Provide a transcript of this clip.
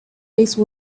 face